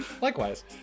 Likewise